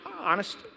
honest